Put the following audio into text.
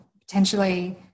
potentially